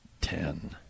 ten